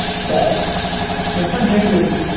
but the subject is.